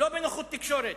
לא בנוכחות התקשורת.